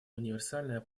универсальное